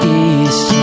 east